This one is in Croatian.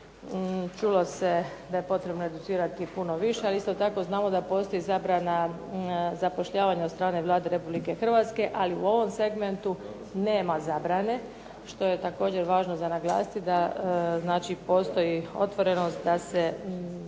čulo se da je potrebno educirati puno više, ali isto tako znamo da postoji zabrana zapošljavanja od strane Vlade Republike Hrvatske, ali u ovom segmentu nema zabrane, što je također važno za naglasiti da znači postoji otvorenost da se